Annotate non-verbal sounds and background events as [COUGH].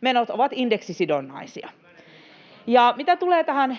menot ovat indeksisidonnaisia. [NOISE] Mitä tulee tähän